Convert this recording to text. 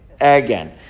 Again